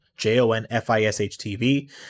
j-o-n-f-i-s-h-t-v